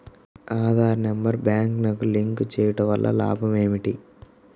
Aadhaar number బ్యాంక్నకు link చేయుటవల్ల లాభం ఏమిటి?